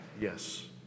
Yes